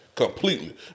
Completely